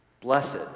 Blessed